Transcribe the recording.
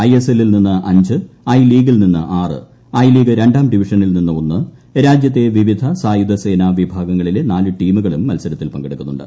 I S എല്ലിൽ ൽ നിന്ന് അഞ്ച് ഐ ലീഗിൽ നിന്ന് ആറ് ഐ ലീഗ് രണ്ടാം ഡിവിഷനിൽ നിന്ന് ഒന്ന് രാജ്യത്തെ വിവിധ സായുധസേന വിഭാഗങ്ങളിലെ നാല് ടീമുകളും മത്സരത്തിൽ പങ്കെടുക്കുന്നുണ്ട്